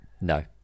no